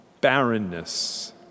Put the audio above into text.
barrenness